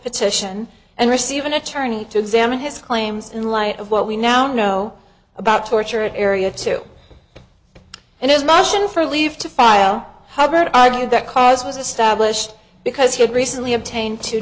petition and receive an attorney to examine his claims in light of what we now know about torture at area two and his motion for leave to file hubbard argued that cause was established because he had recently obtain